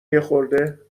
یخورده